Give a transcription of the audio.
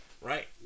Right